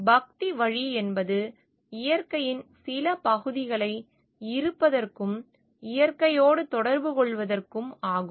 பக்தி வழி என்பது இயற்கையின் சில பகுதிகளை இருப்பதற்கும் இயற்கையோடு தொடர்பு கொள்வதற்கும் ஆகும்